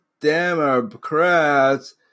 Democrats